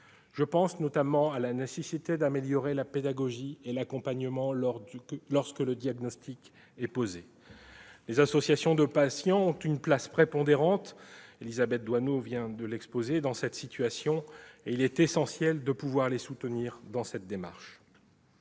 Je pense notamment à la nécessité d'améliorer la pédagogie et l'accompagnement lorsque le diagnostic est posé. Les associations de patients ont une place prépondérante dans cette situation- Élisabeth Doineau vient de l'évoquer -et il est essentiel de pouvoir les soutenir dans ces démarches.